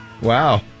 Wow